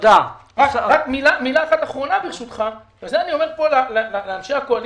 מילה אחרונה ברשותך, לאנשי הקואליציה.